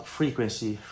frequency